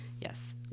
Yes